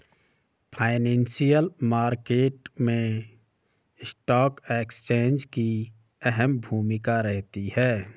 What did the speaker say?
financial market मैं stock exchange की अहम भूमिका रहती है